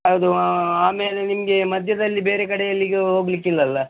ಅದು ಆಮೇಲೆ ನಿಮಗೆ ಮಧ್ಯದಲ್ಲಿ ಬೇರೆ ಕಡೆ ಎಲ್ಲಿಗೆ ಹೋಗಲಿಕ್ಕಿಲ್ಲಲ್ಲ